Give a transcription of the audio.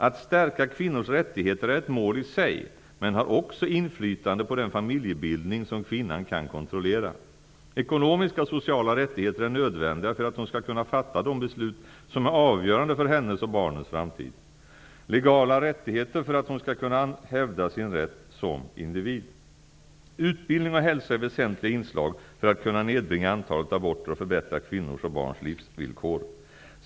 Att stärka kvinnors rättigheter är ett mål i sig, men har också inflytande på den familjebildning som kvinnan kan kontrollera. Ekonomiska och sociala rättigheter är nödvändiga för att hon skall kunna fatta de beslut som är avgörande för hennes och barnens framtid, legala rättigheter för att hon skall kunna hävda sin rätt som individ. Utbildning och hälsa är väsentliga inslag för att kunna nedbringa antalet aborter och förbättra kvinnors och barns livsvillkor.